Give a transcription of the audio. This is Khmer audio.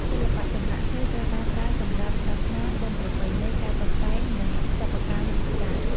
សិល្បៈចម្លាក់ឈើត្រូវបានប្រើសម្រាប់សាសនា បុណ្យប្រពៃណី ការតុបតែង និងសិប្បកម្មជាច្រើន។